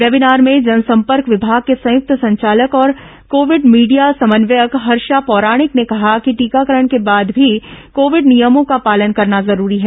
webinar में जनसंपर्क विभाग के संयुक्त संचालक और कोविड मीडिया समन्वयक हर्षा पौराणिक ने कहा कि टीकाकरण के बाद भी कोविड नियमों का पालन करना जरूरी है